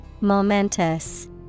Momentous